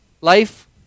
life